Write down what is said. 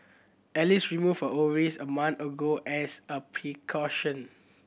Alice removed her ovaries a month ago as a precaution